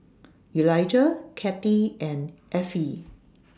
Elijah Cathi and Effie